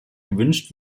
gewünscht